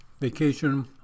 vacation